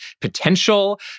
potential